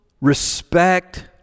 respect